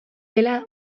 dela